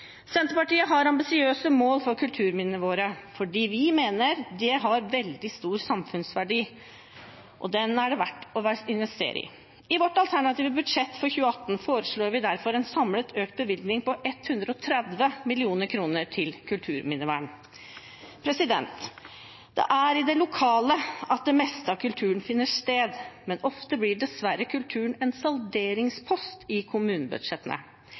Senterpartiet har ambisiøse mål for kulturminnene våre, for vi mener det har veldig stor samfunnsverdi og er verdt å investere i. I vårt alternative budsjett for 2018 foreslår vi derfor en samlet økt bevilgning på 130 mill. kr til kulturminnevern. Det er lokalt det meste av kulturen finner sted, men ofte blir dessverre kulturen en salderingspost i kommunebudsjettene.